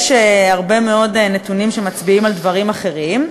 יש הרבה מאוד נתונים שמצביעים על דברים אחרים,